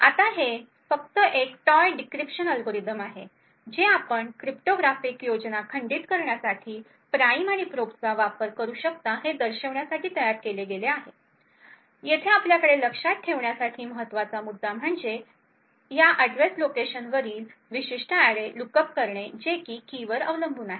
आता हे फक्त एक टॉय डिक्रिप्शन अल्गोरिदम आहे जे आपण क्रिप्टोग्राफिक योजना खंडित करण्यासाठी प्राइम आणि प्रोबचा कसा वापर करू शकता हे दर्शविण्यासाठी तयार केले आहे येथे आपल्याकडे लक्षात ठेवण्यासाठी महत्त्वाचा मुद्दा म्हणजे या अड्रेस लोकेशन वरील विशिष्ट अॅरे लुकअप करणे जे की वर अवलंबून आहे